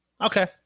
Okay